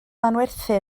manwerthu